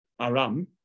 Aram